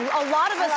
a lot of us,